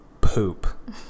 poop